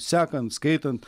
sekant skaitant